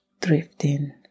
drifting